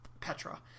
Petra